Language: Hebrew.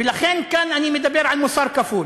ולכן כאן אני מדבר על מוסר כפול.